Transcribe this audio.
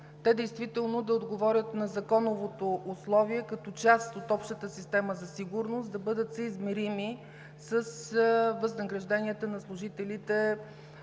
те действително да отговорят на законовото условие като част от общата система за сигурност, да бъдат съизмерими с възнагражденията на служителите